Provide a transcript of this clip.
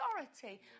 authority